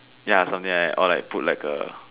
ya something like that or put like a